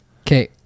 Okay